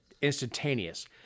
instantaneous